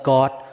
God